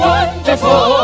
Wonderful